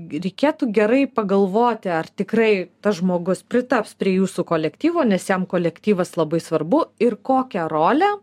reikėtų gerai pagalvoti ar tikrai tas žmogus pritaps prie jūsų kolektyvo nes jam kolektyvas labai svarbu ir kokią rolę